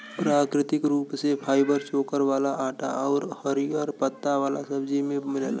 प्राकृतिक रूप से फाइबर चोकर वाला आटा आउर हरिहर पत्ता वाला सब्जी में मिलेला